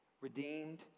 Redeemed